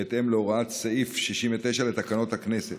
בהתאם להוראת סעיף 69 לתקנון הכנסת.